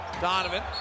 Donovan